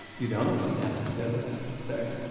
you don't? yeah, definitely not, sorry.